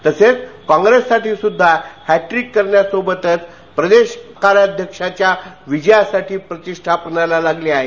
तसेच कॉप्रेससाठी सुध्दा हॅट्रीक करण्यासोबतच प्रदेश कार्याध्यक्षाच्या विजयासाठी प्रतिष्ठा पणाला लागली आहे